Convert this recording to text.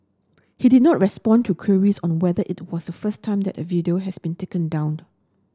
he did not respond to queries on whether it was the first time that a video has been taken down